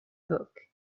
book